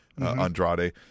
Andrade